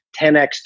10x